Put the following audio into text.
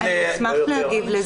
לא יותר.